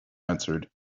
answered